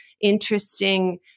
interesting